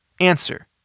Answer